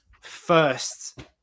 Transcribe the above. first